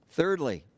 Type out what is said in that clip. Thirdly